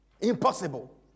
Impossible